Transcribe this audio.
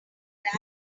that